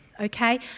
okay